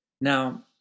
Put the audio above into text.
Now